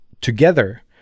together